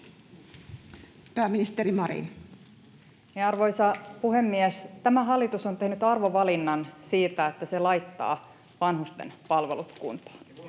Content: Arvoisa puhemies! Tämä hallitus on tehnyt arvovalinnan siinä, että se laittaa vanhustenpalvelut kuntoon.